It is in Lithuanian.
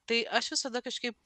tai aš visada kažkaip